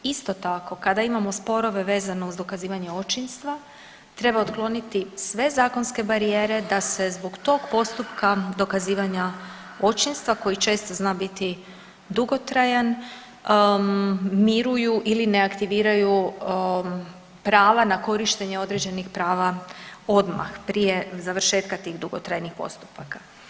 Isto tako kada imamo sporove vezano uz dokazivanje očinstva treba otkloniti sve zakonske barijere da se zbog tog postupka dokazivanja očinstva koji često zna biti dugotrajan miruju ili ne aktiviraju prava na korištenje određenih prava odmah prije završetka tih dugotrajnih postupaka.